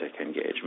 engagement